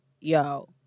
yo